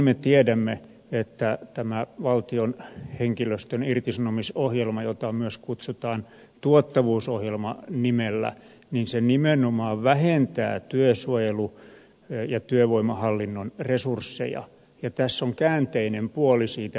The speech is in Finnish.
me tiedämme että valtion henkilöstön irtisanomisohjelma jota myös kutsutaan tuottavuusohjelma nimellä nimenomaan vähentää työsuojelu ja työvoimahallinnon resursseja ja tässä on käänteinen puoli siitä mitalista